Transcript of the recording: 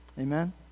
Amen